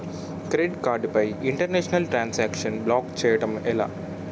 Credit card పై international transaction block చేయటం ఎలా?